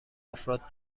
افراد